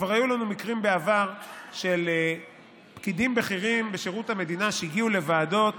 כבר היו לנו מקרים בעבר של פקידים בכירים בשירות המדינה שהגיעו לוועדות